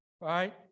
right